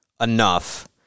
enough